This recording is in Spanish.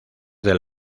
del